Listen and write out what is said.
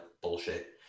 bullshit